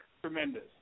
Tremendous